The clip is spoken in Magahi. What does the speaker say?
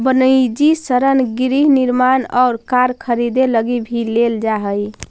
वनिजी ऋण गृह निर्माण और कार खरीदे लगी भी लेल जा हई